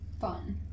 fun